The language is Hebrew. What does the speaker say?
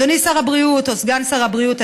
אדוני סגן שר הבריאות,